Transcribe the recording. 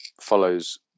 follows